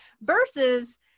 versus